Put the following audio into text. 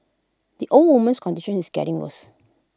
the old woman's condition is getting worse